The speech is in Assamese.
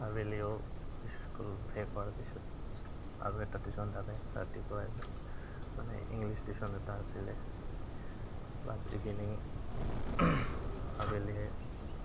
আবেলিও স্কুল শেষ হোৱাৰ পিছত আৰু এটা টিউচন থাকে ৰাতিপুৱা মানে ইংলিছ টিউচন এটা আছিলে প্লাছ ইভিনিং আবেলি